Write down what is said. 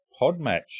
Podmatch